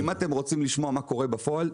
אם אתם רוצים לשמוע מה קורה בפועל,